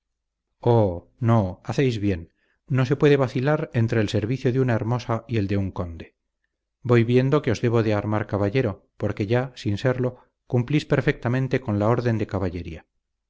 no hacéis bien no se puede vacilar entre el servicio de una hermosa y el de un conde voy viendo que os debo de armar caballero porque ya sin serlo cumplís perfectamente con la orden de caballería